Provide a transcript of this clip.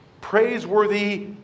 praiseworthy